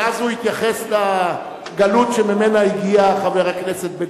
ואז הוא התייחס לגלות שממנה הגיע חבר הכנסת בן-סימון.